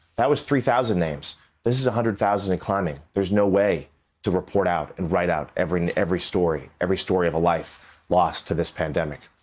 that was three thousand names this is one hundred thousand and climbing. there's no way to report out, and write out every and every story, every story of a life lost to this pandemic.